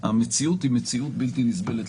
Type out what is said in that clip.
המציאות בלתי נסבלת.